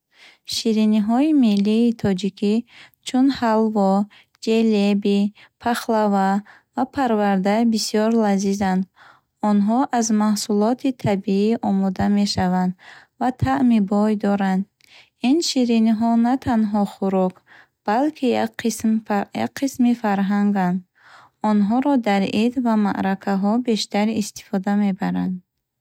Шириниҳои миллии тоҷикӣ, чун ҳалво, ҷелеби, пахлава ва парварда бисёр лазизанд. Онҳо аз маҳсулоти табиӣ омода мешаванд ва таъми бой доранд. Ин шириниҳо на танҳо хӯрок, балки як қисм як қисми фарҳанганд. Онҳоро дар ид ва маъракаҳо бештар истифода мебаранд.